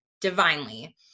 divinely